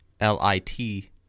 L-I-T